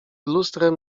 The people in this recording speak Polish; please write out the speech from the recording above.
lustrem